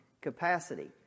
capacity